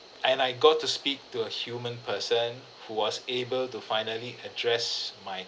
and I got to speak to a human person who was able to finally address my